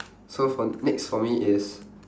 so for next for me is